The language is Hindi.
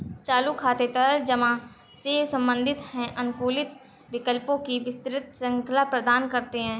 चालू खाते तरल जमा से संबंधित हैं, अनुकूलित विकल्पों की विस्तृत श्रृंखला प्रदान करते हैं